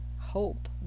hope